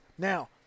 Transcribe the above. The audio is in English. Now